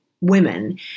women